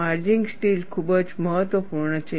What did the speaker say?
માર્જિંગ steel પણ ખૂબ જ મહત્વપૂર્ણ છે